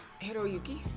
Hiroyuki